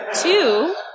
Two